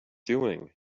doing